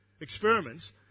experiments